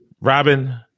Robin